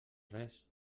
res